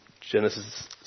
Genesis